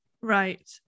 right